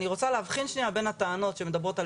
אני רוצה להבחין רגע בין הטעות שמדברות על